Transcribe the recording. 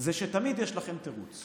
זה שתמיד יש לכם תירוץ.